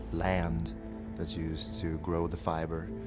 land that's used to grow the fiber,